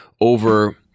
over